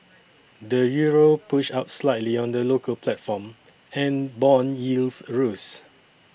the Euro pushed up slightly on the local platform and bond yields rose